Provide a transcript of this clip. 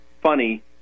funny